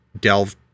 delve